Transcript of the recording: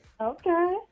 Okay